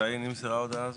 מתי נמסרה ההודעה הזאת?